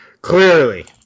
Clearly